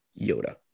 Yoda